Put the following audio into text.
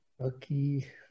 Okay